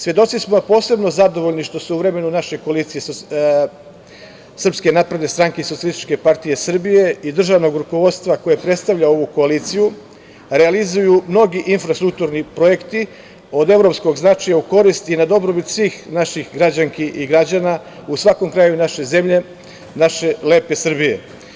Svedoci smo i posebno smo zadovoljni što se u vremenu naše koalicije SNS i SPS i državnog rukovodstva koje predstavlja ovu koaliciju, realizuju mnogi infrastrukturni projekti od evropskog značaja, u korist i na dobrobit svih naših građanki i građana u svakom kraju naše zemlje, naše lepe Srbije.